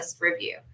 Review